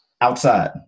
Outside